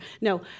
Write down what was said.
No